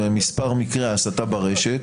מספר מקרי ההסתה ברשת,